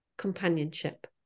companionship